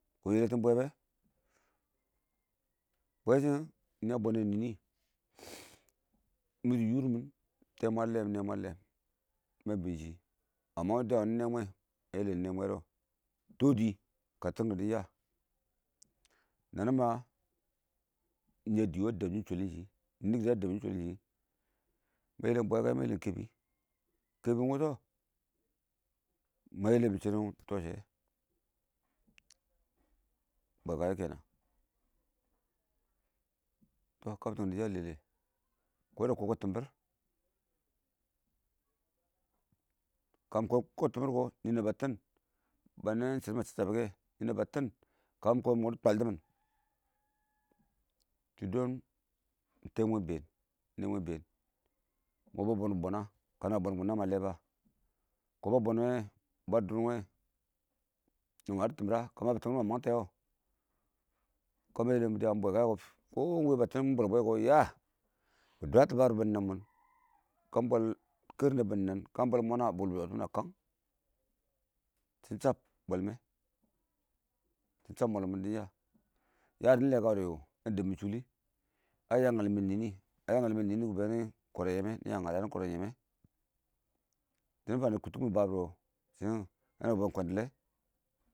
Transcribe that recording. ɪng yɛlɛtɪn bwɛ bɛ, bwɛ shɪ ɪng nɪyɛ bɔnnɛ ɪn nɪɪ mɪdɪ yʊr mɪn nɛ mwɛ ə lɛm tɛɛ mwɛ ə lɛm mə yɪmbɔ shɪ kɔn wɪnɪ dɪyə wɪnɪ ə yɛlɛm nɛ nwɛ dɔ tɔdɪ kətɪn kɛ dɪn yə nənəmə nɪyɛ dɪ wɪɪ dɛb shɪ shwəlɪn shɪ nɪɪn kɪdɪ ə dɛb shɪn shwəlɪn shɪ, mə yɛlɛm bwɛkəyɛ mə yɛlɛm kɛbɪ-kɛbɪ wʊ ɪng wʊshɔ mə yɛlɛm shinʊ bwɛka yɛ kɛnan shɔ a kaktim dɪ ya lɛlɛ kɔdɛ kɔkɔ tɪmbɪ,r nɪnəng bə tɪ bə nɛn shɪdɔ shənɪ shɪdɔ nɪnəng bə tɪn kə mɪ kɔmin kɛ dɪ twalti mɪn shɪ dɔn nɛ mwɛ ingbeen tɛɛmwɛ inbeen mɔ mɪ bɔnɪ bɔnə kənə bə bɔnbʊ kɔ. nənə mə lɛ bə kɔn bə bɔn wɛ bə dʊrʊn wɛ nəma yədɔ tɪmbɪr ə kəmə yabʊ tɪmbɪr kɔ mə məng tɛshɔ kəmɪ yɔlɔm wəngɪn mɪn bwɛkəyɛ kɔ kɪmə wɛ bə tɪn kəmɪ bwɛl bwɛ kɔ yə bɪ dwətɔ bər bɪ nɛn kərənnə bɪ nɛn kə bwɛl mɔn nə bɪ wʊl bɪ yɔtɪn mɪn ə kəng shɪn chəm bwɛlmɛ dɪ chəm mɔɔn mɪn dɪn yə. ya dɪn lɛkəwɛ dɛ dɪ dɛb mɪ shʊlɪ yə ngəl mɛ nɪ nɪ ngəl mɛ nɪɪn nɪ yə yənɪ kər mɪnne yɛmmɛ dɪnɪ fənɪ kʉttɪ kɪ mɪ bəbɪr yɛ shɪ ɪng.